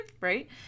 Right